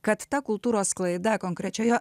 kad ta kultūros sklaida konkrečioje